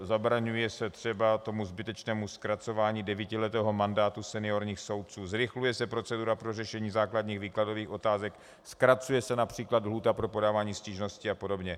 Zabraňuje se třeba zbytečnému zkracování devítiletého mandátu seniorních soudců, zrychluje se procedura pro řešení základních výkladových otázek, zkracuje se například lhůta pro podávání stížností a podobně.